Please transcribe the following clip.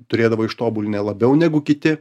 turėdavo ištobulinę labiau negu kiti